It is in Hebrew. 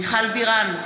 מיכל בירן,